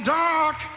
dark